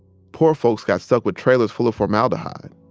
poor folks got stuck with trailers full of formaldehyde.